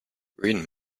green